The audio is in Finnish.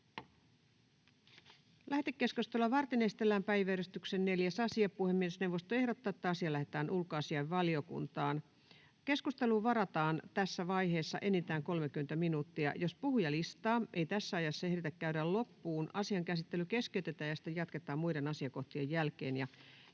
Lähetekeskustelua varten esitellään päiväjärjestyksen 6. asia. Puhemiesneuvosto ehdottaa, että asia lähetetään hallintovaliokuntaan, jolle perustuslakivaliokunnan on annettava lausunto. Keskusteluun varataan tässä vaiheessa enintään 30 minuuttia. Jos puhujalistaa ei tässä ajassa ehditä käydä loppuun, asian käsittely keskeytetään ja sitä jatketaan muiden asiakohtien jälkeen.